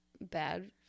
bad